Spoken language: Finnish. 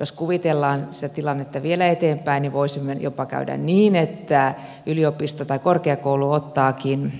jos kuvitellaan sitä tilannetta vielä eteenpäin niin voisi jopa käydä niin että yliopisto tai korkeakoulu ottaakin